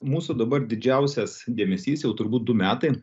mūsų dabar didžiausias dėmesys jau turbūt du metai